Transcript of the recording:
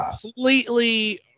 completely